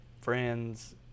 friends